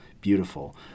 beautiful